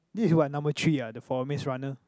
this is what number three ah the for Maze-Runner